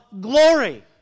glory